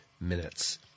minutes